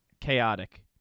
Chaotic